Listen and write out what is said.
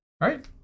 Right